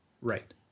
Right